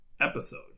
episode